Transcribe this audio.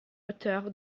hauteur